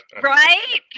Right